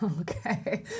Okay